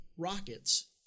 rockets